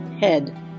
head